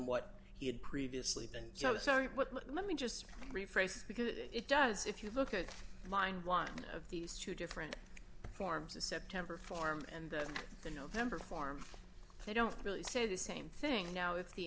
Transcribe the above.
what he had previously been joe sorry let me just rephrase because it does if you look at the mind one of these two different forms of september form and the november form they don't really say the same thing now if the